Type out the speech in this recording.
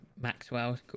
Maxwell